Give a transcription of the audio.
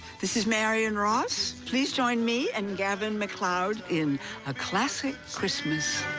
this is marion ross, please join me and gavin macleod in a classic christmas.